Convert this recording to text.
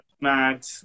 mad